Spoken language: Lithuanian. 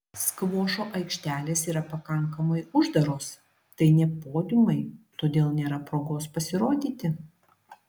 skvošo aikštelės yra pakankamai uždaros tai ne podiumai todėl nėra progos pasirodyti